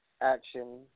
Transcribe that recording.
action